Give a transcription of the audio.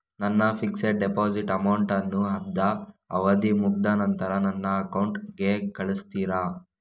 ನನ್ನ fixed deposit amount ಅನ್ನು ಅದ್ರ ಅವಧಿ ಮುಗ್ದ ನಂತ್ರ ನನ್ನ ಅಕೌಂಟ್ ಗೆ ಕಳಿಸ್ತೀರಾ?